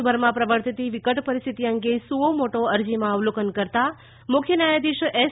દેશભરમાં પ્રવર્તતી વિકટ પરિસ્થિતિ અંગે સુઓ મોટો અરજીમાં અવલોકન કરતાં મુખ્ય ન્યાયાધીશ એસ